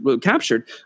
captured